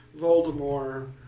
Voldemort